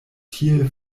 tiel